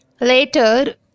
later